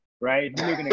right